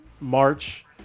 March